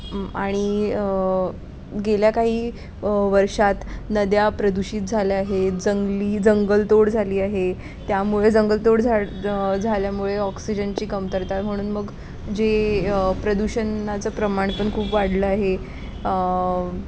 आणि गेल्या काही वर्षात नद्या प्रदूषित झाल्या आहेत जंगली जंगलतोड झाली आहे त्यामुळे जंगलतोड झाल्यामुळे ऑक्सिजनची कमतरता म्हणून मग जे प्रदूषणाचं प्रमाण पण खूप वाढलं आहे